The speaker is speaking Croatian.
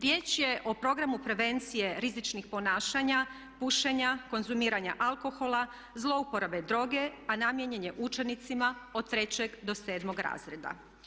Riječ je o programu prevencije rizičnih ponašanja, pušenja, konzumiranja alkohola, zlouporabe droge, a namijenjen je učenicima od trećeg do sedmog razreda.